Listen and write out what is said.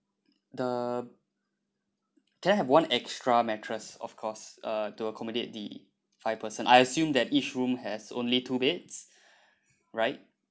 the can I have one extra mattress of course uh to accommodate the five person I assume that each room has only two beds right